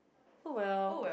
oh well